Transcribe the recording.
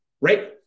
right